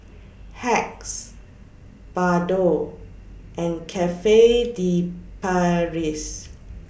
Hacks Bardot and Cafe De Paris